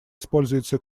используется